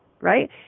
right